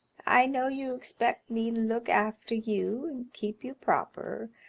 i know you expect me to look after you and keep you proper,